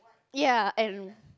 ya and